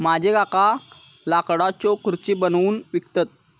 माझे काका लाकडाच्यो खुर्ची बनवून विकतत